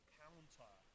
counter